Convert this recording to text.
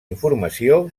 informació